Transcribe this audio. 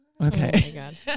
Okay